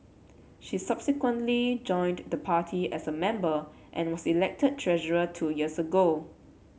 she subsequently joined the party as a member and was elected treasurer two years ago